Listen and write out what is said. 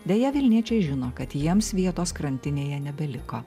deja vilniečiai žino kad jiems vietos krantinėje nebeliko